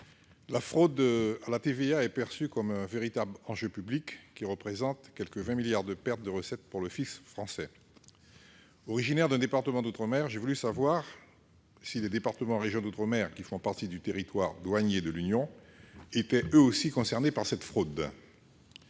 la fraude à la TVA est perçue comme un véritable enjeu public qui représente quelque 20 milliards d'euros de perte de recettes pour le fisc français. Originaire d'un département d'outre-mer, j'ai voulu savoir si les départements et régions d'outre-mer, les DROM, qui font partie du territoire douanier de l'Union européenne, étaient eux aussi concernés par cette fraude.